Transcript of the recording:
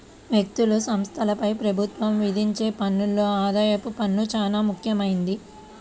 వ్యక్తులు, సంస్థలపై ప్రభుత్వం విధించే పన్నుల్లో ఆదాయపు పన్ను చానా ముఖ్యమైంది